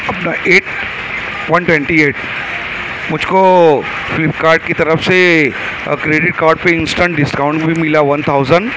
اپنا eight one twenty eight مجھ کو فلپکارٹ کی طرف سے کریڈٹ کارڈ پہ انسٹن ڈسکاؤنٹ بھی ملا ون تھاؤزن